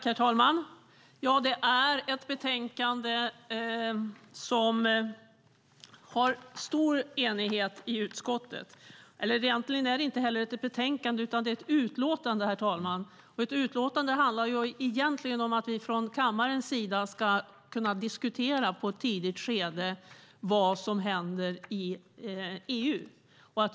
Herr talman! Detta är ett betänkande som har stor enighet i utskottet. Egentligen är det inte heller ett betänkande utan ett utlåtande, herr talman, och ett utlåtande handlar om att vi från kammarens sida i ett tidigt skede ska kunna diskutera vad som händer i EU.